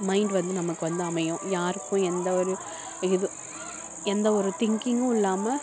mind வந்து நமக்கு வந்து அமையும் யாருக்கும் எந்த ஒரு இது எந்த ஒரு திங்க்கிங்கும் இல்லாமல்